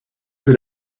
que